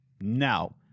Now